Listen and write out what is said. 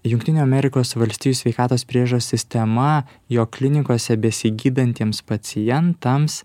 jungtinių amerikos valstijų sveikatos priežiūros sistema jo klinikose besigydantiems pacientams